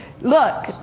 Look